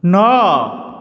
ନଅ